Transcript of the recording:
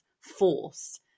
force